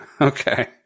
Okay